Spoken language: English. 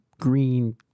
green